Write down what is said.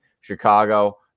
Chicago